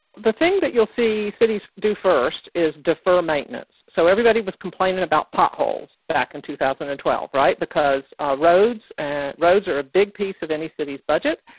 the thing that you'll see cities do first is defer maintenance. so everybody was complaining about potholes back in two thousand and twelve. right. because our roads and roads are a big piece of any city's budget.